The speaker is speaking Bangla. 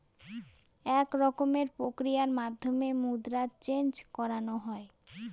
এক রকমের প্রক্রিয়ার মাধ্যমে মুদ্রা চেন্জ করানো হয়